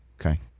okay